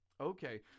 Okay